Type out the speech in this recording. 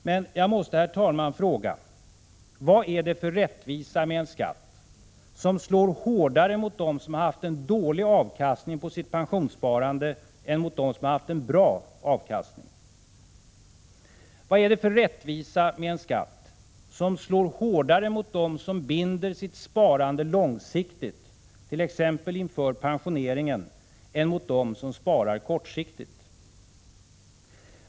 Men jag måste, herr talman, fråga: Vad är det för rättvisa med en skatt som slår hårdare mot dem som har haft en dålig avkastning på sitt pensionssparande än mot dem som har haft en bra avkastning? Vad är det för rättvisa med en skatt som slår hårdare mot dem som binder sitt sparande långsiktigt, t.ex. inför pensioneringen, än mot dem som sparar kortsiktigt?